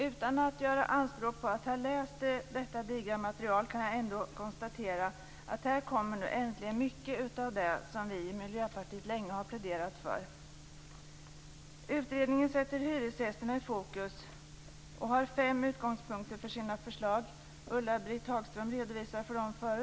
Utan att göra anspråk på att ha läst detta digra material kan jag ändå konstatera att här kommer nu äntligen mycket av det som vi i Miljöpartiet länge har pläderat för. Utredningen sätter hyresgästerna i fokus och har fem utgångspunkter för sina förslag. Ulla-Britt Hagström redovisade dem tidigare.